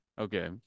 Okay